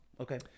Okay